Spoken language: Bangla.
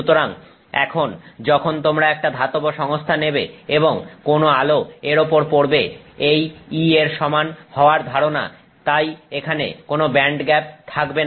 সুতরাং এখন যখন তোমরা একটা ধাতব সংস্থা নেবে এবং কোন আলো এর উপর পড়বে এই E এর সমান হওয়ার ধারণা তাই এখানে কোন ব্যান্ডগ্যাপ থাকবে না